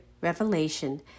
revelation